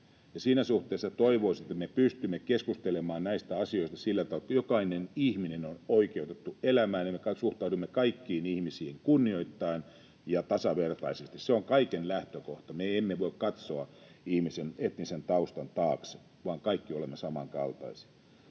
Siinä suhteessa toivoisin, että me pystymme keskustelemaan näistä asioista sillä tavalla, että jokainen ihminen on oikeutettu elämään ja me suhtaudumme kaikkiin ihmisiin kunnioittaen ja tasavertaisesti. Se on kaiken lähtökohta. Me emme voi katsoa ihmisen etnisen taustan taakse, vaan kaikki olemme samankaltaisia.